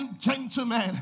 gentlemen